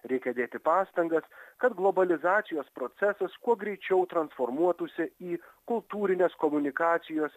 reikia dėti pastangas kad globalizacijos procesas kuo greičiau transformuotųsi į kultūrinės komunikacijos